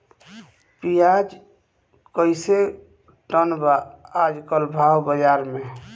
प्याज कइसे टन बा आज कल भाव बाज़ार मे?